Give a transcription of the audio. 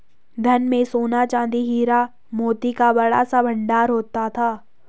धन में सोना, चांदी, हीरा, मोती का बड़ा सा भंडार होता था